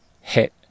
hit